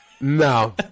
No